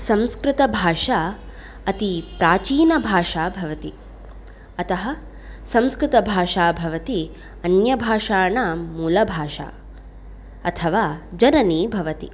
संस्कृतभाषा अतिप्राचीनभाषा भवति अतः संस्कृतभाषा भवति अन्यभाषाणां मूलभाषा अथवा जननी भवति